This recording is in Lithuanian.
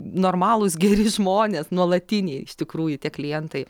normalūs geri žmonės nuolatiniai iš tikrųjų tie klientai